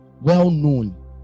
well-known